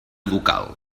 ducal